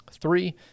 Three